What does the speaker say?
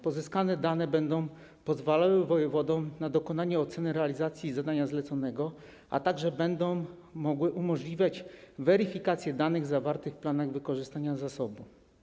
Pozyskane dane będą pozwalały wojewodom na dokonanie oceny realizacji zadania zleconego, a także będą mogły umożliwiać weryfikację danych zawartych w planach wykorzystania zasobu.